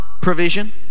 provision